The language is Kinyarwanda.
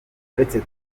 uretse